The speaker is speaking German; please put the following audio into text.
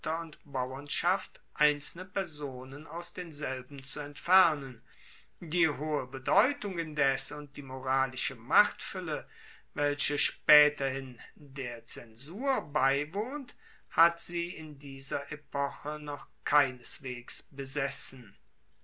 buergerschaft einzelne personen aus denselben zu entfernen die hohe bedeutung indes und die moralische machtfuelle welche spaeterhin der zensur beiwohnt hat sie in dieser epoche noch keineswegs besessen